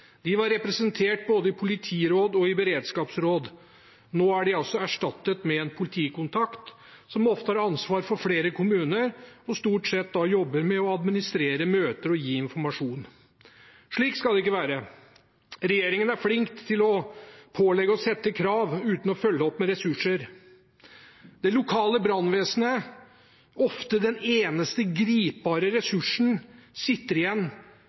De var representert både i politiråd og i beredskapsråd. Nå er de erstattet med en politikontakt, som ofte har ansvar for flere kommuner, og som stort sett jobber med å administrere møter og gi informasjon. Slik skal det ikke være. Regjeringen er flink til å pålegge og sette krav uten å følge opp med ressurser. Det lokale brannvesenet, ofte den eneste gripbare ressursen, er de som kan operere, og kommunene sitter igjen